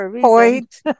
point